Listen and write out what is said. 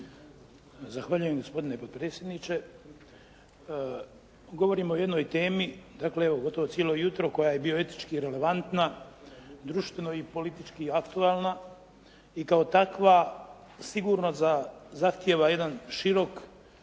Zahvaljujem gospodine potpredsjedniče. Govorimo o jednoj temi, dakle evo gotovo cijelo jutro koja je bioetički relevantna, društveno i politički aktualna i kao takva sigurno zahtijeva jedan širok